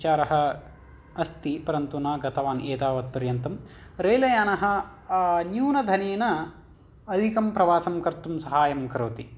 विचारः अस्ति परन्तु न गतवान् एतावत् पर्यन्तम् रेलयानः न्यूनधनेन अधिकं प्रवासं कर्तुं सहाय्यं करोति